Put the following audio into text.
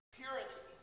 purity